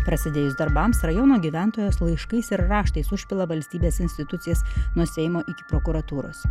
prasidėjus darbams rajono gyventojas laiškais ir raštais užpila valstybės institucijas nuo seimo iki prokuratūros